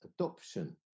adoption